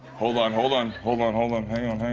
hold on, hold on. hold on, hold on, hang on, hang